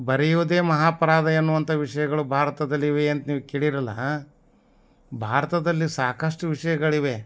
ಬರೆಯುವುದೇ ಮಹಾಪರಾಧ ಅನ್ನುವಂಥ ವಿಷಯಗಳು ಭಾರತದಲ್ಲಿವೆ ಅಂತ ನೀವು ಕೇಳಿರಲ್ಲ ಭಾರತದಲ್ಲಿ ಸಾಕಷ್ಟು ವಿಷಯಗಳಿವೆ